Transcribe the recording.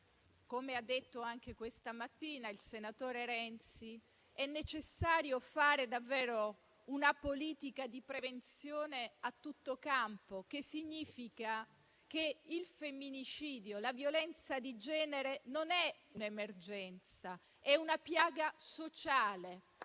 come ha detto anche questa mattina il senatore Renzi - è necessario fare davvero una politica di prevenzione a tutto campo. Ciò significa che il femminicidio, la violenza di genere, non è un'emergenza, ma è una piaga sociale.